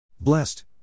Blessed